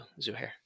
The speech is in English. Zuhair